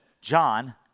John